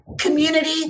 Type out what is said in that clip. community